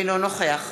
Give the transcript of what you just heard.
אינו נוכח